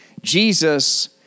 Jesus